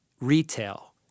Retail